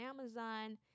Amazon